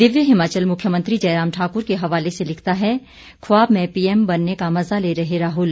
दिव्य हिमाचल मुख्यमंत्री जयराम ठाकुर के हवाले से लिखता है खवाब में पीएम बनने का मजा ले रहे राहल